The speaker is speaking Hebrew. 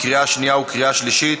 לקריאה שנייה וקריאה שלישית.